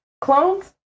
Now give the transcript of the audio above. Clones